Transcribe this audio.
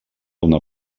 una